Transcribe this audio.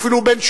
אפילו בין 80,